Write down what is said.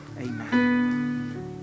Amen